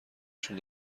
شون